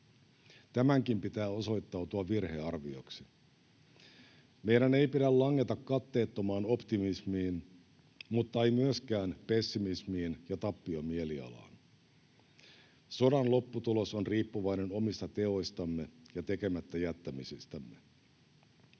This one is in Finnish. Tämänkin pitää osoittautua virhearvioksi. Meidän ei pidä langeta katteettomaan optimismiin, mutta ei myöskään pessimismiin ja tappiomielialaan. Sodan lopputulos on riippuvainen omista teoistamme ja tekemättä jättämisistämme.